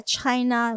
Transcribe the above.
China